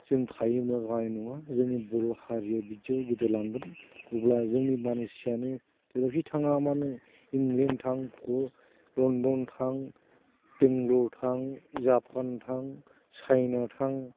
जों थायोब्ला जानाय नङा जोंनि बर' हारिया बिदियाव गोदोलांगोन अब्ला जोंनि मानसियानो जेरावखि थाङा मानो इंलेण्ड थां लण्डन थां बेंगलर थां जापान थां चाइना थां